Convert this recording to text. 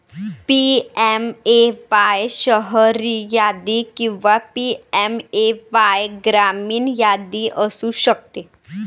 PMAY शहरी यादी किंवा पी.एम.ए.वाय ग्रामीण यादी असू शकते